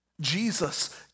Jesus